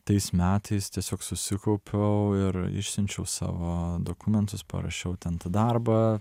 tais metais tiesiog susikaupiau ir išsiunčiau savo dokumentus parašiau ten tą darbą